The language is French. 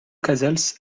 casals